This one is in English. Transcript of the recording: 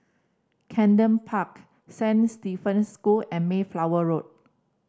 Camden Park Saint Stephen's School and Mayflower Road